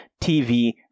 tv